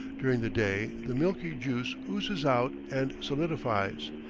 during the day the milky juice oozes out and solidifies.